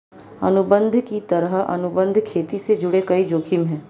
अनुबंध की तरह, अनुबंध खेती से जुड़े कई जोखिम है